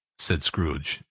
said scrooge,